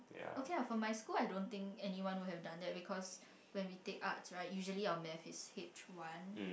okay lah for my school I don't think anyone would have done that because when we take arts right usually our maths is H one